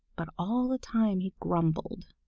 but all the time he grumbled.